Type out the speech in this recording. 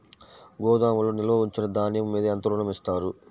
గోదాములో నిల్వ ఉంచిన ధాన్యము మీద ఎంత ఋణం ఇస్తారు?